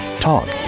Talk